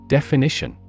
Definition